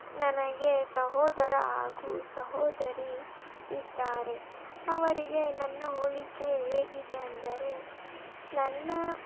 ನನಗೆ ಸಹೋದರ ಹಾಗು ಸಹೋದರಿ ಇದ್ದಾರೆ ಅವರಿಗೆ ನನ್ನ ಹೋಲಿಕೆ ಹೇಗಿದೆ ಅಂದರೆ ನನ್ನ